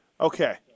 Okay